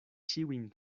ĉiujn